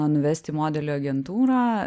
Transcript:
nuvest į modelių agentūrą